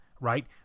right